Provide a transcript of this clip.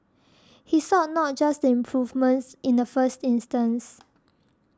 he sought not just the improvements in the first instance